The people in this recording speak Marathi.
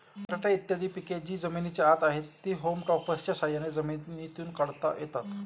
बटाटे इत्यादी पिके जी जमिनीच्या आत आहेत, ती होम टॉपर्सच्या साह्याने जमिनीतून काढता येतात